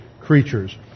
creatures